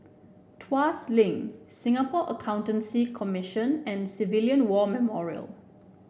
Tuas Link Singapore Accountancy Commission and Civilian War Memorial